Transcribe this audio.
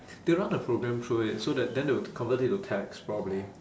they'll run a program through it so that then they'll convert it to text probably